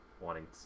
wanting